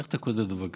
איך אתה כותב דבר כזה?